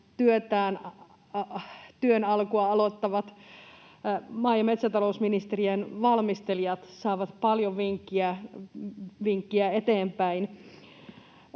työn alkua aloittavat maa- ja metsätalousministeriön valmistelijat saavat paljon vinkkiä eteenpäin.